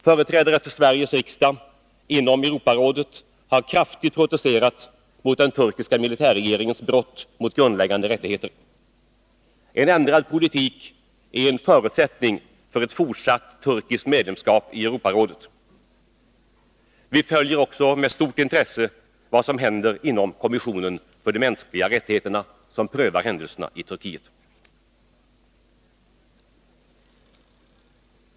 Företrädare för Sveriges riksdag inom Europarådet har kraftigt protesterat mot den turkiska militärregeringens brott mot grundläggande rättigheter. En ändrad politik är en förutsättning för fortsatt turkiskt medlemskap i Europarådet. Vi följer också med stort intresse vad som händer inom kommissionen för de mänskliga rättigheterna, som prövar händelserna i Turkiet.